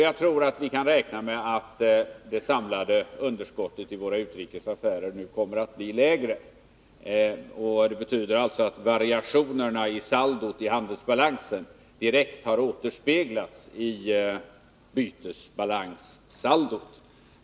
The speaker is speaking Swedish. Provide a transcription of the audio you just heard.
Jag tror att vi kan räkna med att det samlade underskottet i våra utrikesaffärer nu kommer att bli lägre, vilket betyder att variationerna i handelsbalansens saldo direkt har återspeglats i bytesbalanssaldot.